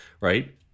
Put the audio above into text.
right